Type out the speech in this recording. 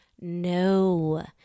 No